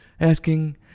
Asking